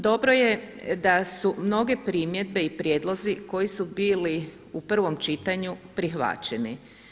Dobro je da su mnoge primjedbe i prijedlozi koji su bili u prvom čitanju prihvaćeni.